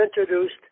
introduced